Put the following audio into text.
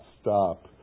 stop